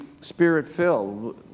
Spirit-filled